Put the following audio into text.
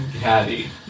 caddy